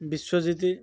Biswajit